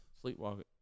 Sleepwalking